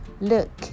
look